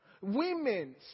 Women